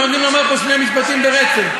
אולי זה לא נעים.